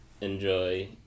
enjoy